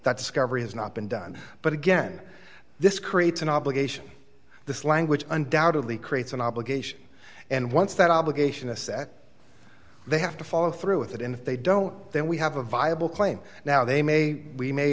that discovery has not been done but again this creates an obligation this language undoubtedly creates an obligation and once that obligation a set they have to follow through with it and if they don't then we have a viable claim now they may we may